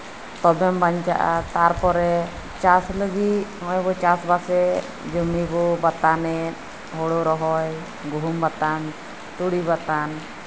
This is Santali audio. ᱛᱚᱵᱮᱢ ᱵᱟᱧᱪᱟᱜᱼᱟ ᱛᱟᱨᱯᱚᱨᱮ ᱪᱟᱥ ᱞᱟᱹᱜᱤᱫ ᱱᱚᱜ ᱚᱭ ᱵᱚᱱ ᱪᱟᱥ ᱵᱟᱥᱮᱜ ᱡᱚᱢᱚ ᱵᱚᱱ ᱵᱟᱛᱟᱱᱮᱜ ᱦᱩᱲᱩ ᱨᱚᱦᱚᱭ ᱜᱩᱦᱩᱢ ᱵᱟᱛᱟᱱ ᱛᱩᱲᱤ ᱵᱟᱛᱟᱱ